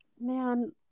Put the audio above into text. Man